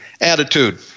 attitude